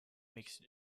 makes